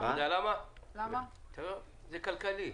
זה כלכלי.